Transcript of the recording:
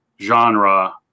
genre